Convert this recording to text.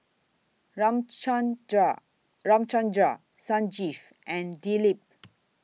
Ramchundra Ramchundra Sanjeev and Dilip